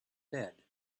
bed